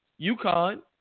UConn